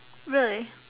really